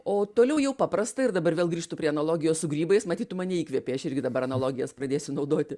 o toliau jau paprasta ir dabar vėl grįžtu prie analogijos su grybais matyt tu mane įkvėpei aš irgi dabar analogijas pradėsiu naudoti